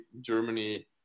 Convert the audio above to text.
Germany